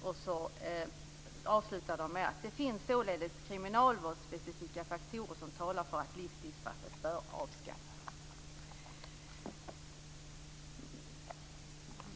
Kapitlet avslutas på följande sätt: Det finns således kriminalvårdsspecifika faktorer som talar för att livstidsstraffet bör avskaffas.